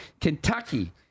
Kentucky